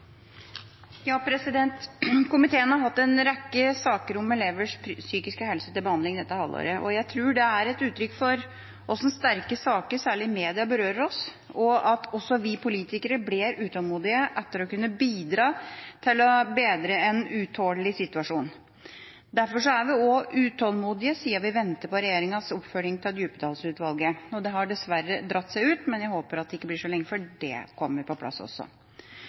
Komiteen har hatt en rekke saker om elevers psykiske helse til behandling dette halvåret, og jeg tror det er et uttrykk for at sterke saker, særlig i media, berører oss, og at også vi politikere blir utålmodige etter å kunne bidra til å bedre en utålelig situasjon. Derfor er vi også utålmodige, siden vi venter på regjeringas oppfølging av Djupedal-utvalget. Det har dessverre dratt ut i tid, men jeg håper det ikke blir så lenge før dette også kommer på plass.